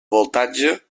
voltatge